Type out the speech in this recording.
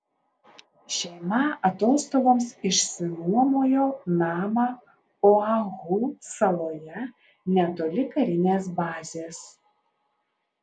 šeima atostogoms išsinuomojo namą oahu saloje netoli karinės bazės